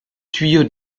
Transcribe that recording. tuyau